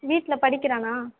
வீட்டில் படிக்கிறானா